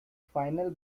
final